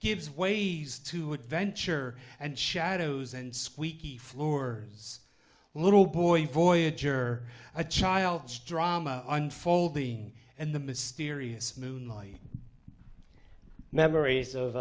gives ways to adventure and shadows and squeaky floor little boy voyager a child's drama unfolding and the mysterious moonlight memories of